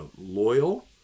loyal